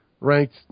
ranked